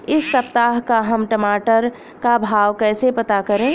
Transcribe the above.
इस सप्ताह का हम टमाटर का भाव कैसे पता करें?